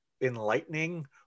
enlightening